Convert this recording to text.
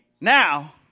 Now